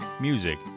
music